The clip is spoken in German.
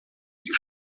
die